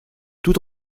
tout